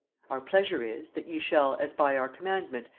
our pleasure is, that ye shall, as by our commandment,